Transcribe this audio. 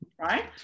right